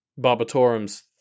barbatorum's